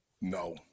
No